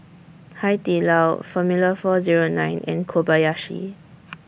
Hai Di Lao Formula four Zero nine and Kobayashi